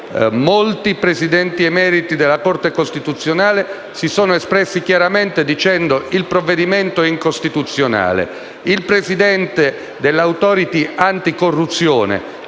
molti Presidenti emeriti della Corte costituzionale si siano espressi chiaramente dicendo che il provvedimento è incostituzionale e il fatto che il presidente dell'Autorità anticorruzione,